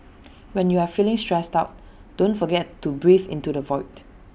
when you are feeling stressed out don't forget to breathe into the void